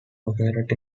located